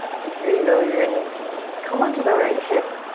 and here you go, you're gonna come on to the right hip.